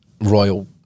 royal